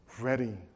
ready